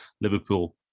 Liverpool